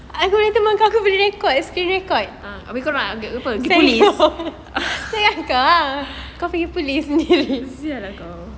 ah habis aku nak ambil ke orang apa ke polis sia lah kau